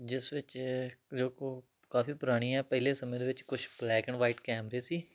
ਜਿਸ ਵਿੱਚ ਜੋ ਕੋ ਕਾਫ਼ੀ ਪੁਰਾਣੀ ਹੈ ਪਹਿਲੇ ਸਮੇਂ ਦੇ ਵਿੱਚ ਕੁਛ ਬਲੈਕ ਐਂਡ ਵਾਈਟ ਕੈਮਰੇ ਸੀ